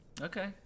Okay